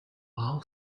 all